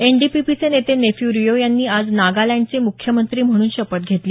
N D P P चे नेते नेफ्यू रियो यांनी आज नागालँडचे मुख्यमंत्री म्हणून शपथ घेतली